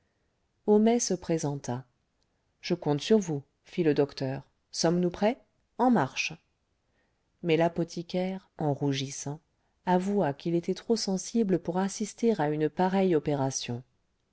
homais se présenta je compte sur vous fit le docteur sommes-nous prêts en marche mais l'apothicaire en rougissant avoua qu'il était trop sensible pour assister à une pareille opération